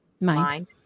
mind